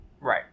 Right